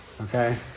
Okay